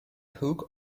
hook